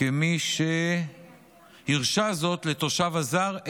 כמי שהרשה זאת לתושב הזר,